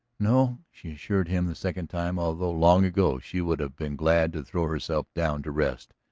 no, she assured him the second time, although long ago she would have been glad to throw herself down to rest,